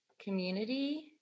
community